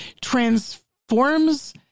transforms